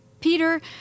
Peter